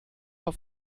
auf